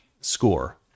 score